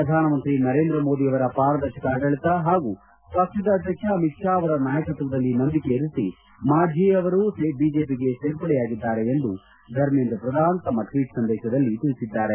ಪ್ರಧಾನಮಂತ್ರಿ ನರೇಂದ್ರಮೋದಿಯವರ ಪಾರದರ್ಶಕ ಆಡಳಿತ ಹಾಗೂ ಪಕ್ಷದ ಅಧ್ಯಕ್ಷ ಅಮಿತ್ ಶಾ ಅವರ ನಾಯಕತ್ವದಲ್ಲಿ ನಂಬಿಕೆ ಇರಿಸಿ ಮಾಜ್ಜಿ ಅವರು ಬಿಜೆಪಿಗೆ ಸೇರ್ಪಡೆಯಾಗಿದ್ದಾರೆ ಎಂದು ಧರ್ಮೇಂದ್ರ ಪ್ರಧಾನ್ ತಮ್ನ ಟ್ಟೀಟ್ ಸಂದೇಶದಲ್ಲಿ ತಿಳಿಸಿದ್ದಾರೆ